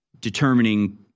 determining